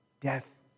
Death